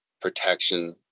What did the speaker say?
protection